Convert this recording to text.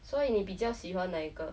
所以你比较喜欢哪一个